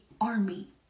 army